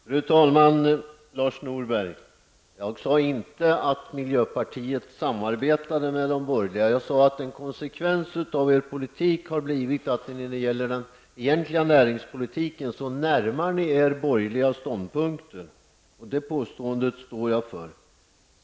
Fru talman! Jag sade inte, Lars Norberg, att miljöpartiet samarbetar med de borgerliga. Jag sade att en konsekvens av er politik har blivit att ni när det gäller den egentliga näringspolitiken närmar er borgerliga ståndpunkter. Det påståendet står jag för.